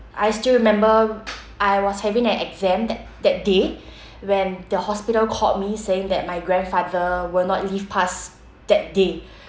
I still remember I was having an exam that that day when the hospital called me saying that my grandfather will not live past that day